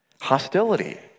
Hostility